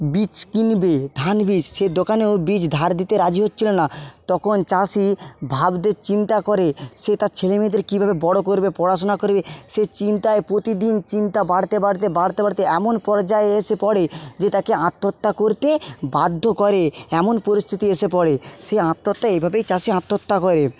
বীজ কিনবে ধান বীজ সেই দোকানেও বীজ ধার দিতে রাজি হচ্ছিলো না তখন চাষি ভাবতে চিন্তা করে সে তার ছেলেমেয়েদের কীভাবে বড়ো করবে পড়াশোনা করবে সেই চিন্তায় প্রতিদিন চিন্তা বাড়তে বাড়তে বাড়তে বাড়তে এমন পর্যায়ে এসে পড়ে যে তাকে আত্মহত্যা করতে বাধ্য করে এমন পরিস্থিতি এসে পড়ে সেই আত্মহত্যায় এভাবেই চাষী আত্মহত্যা করে